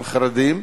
גם חרדים.